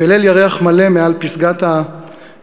בליל ירח מלא על פסגת הארבל,